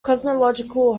cosmological